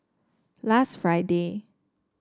last Friday